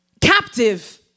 Captive